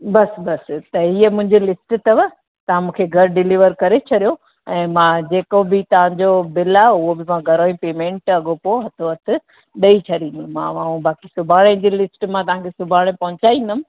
बसि बसि त इह मुंजी लिस्ट तव तां मुखे घरु डिलीवर करे छॾियो ऐं मां जेको बि तांजो बिल आ उहो बि घरों ई पेमेंट अॻोपो हथोहथु ॾेई छॾिंदमि मां आऊं बाकी सुभाणे जी लिस्ट मां तांखे सुभाणे पहुंचाईंदमि